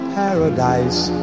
paradise